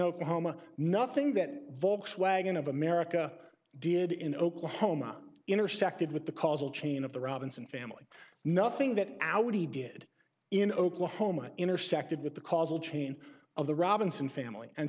oklahoma nothing that volkswagen of america did in oklahoma intersected with the causal chain of the robinson family nothing that audi did in oklahoma intersected with the causal chain of the robinson family and